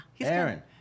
Aaron